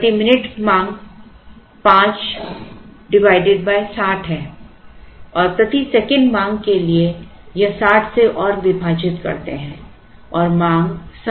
प्रति मिनट मांग 5 60 है और प्रति सेकंड मांग के लिए यह साठ से विभाजित करते है और मांग समान है